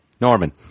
Norman